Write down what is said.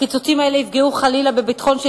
הקיצוצים האלה יפגעו חלילה בביטחון של